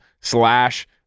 slash